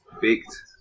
baked